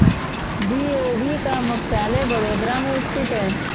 BOB का मुख्यालय बड़ोदरा में स्थित है